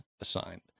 assigned